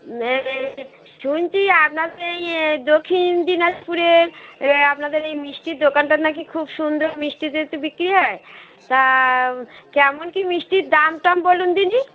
শুনছি আপনাদের এই দক্ষিণ দিনাজপুরের আপনাদের এই মিষ্টির দোকানটার নাকি খুব সুন্দর মিষ্টিতে তো বিক্রি হয় তা কেমন কি মিষ্টির দাম টাম বলুন দেখি